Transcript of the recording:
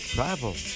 Travel